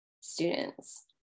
students